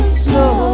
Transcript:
slow